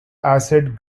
acid